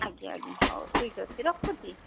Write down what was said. ଆଜ୍ଞା ଆଜ୍ଞା ହଉ ଠିକ୍ ଅଛି ରଖୁଛି